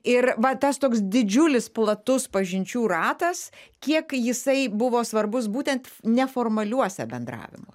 ir va tas toks didžiulis platus pažinčių ratas kiek jisai buvo svarbus būtent neformaliuose bendravimo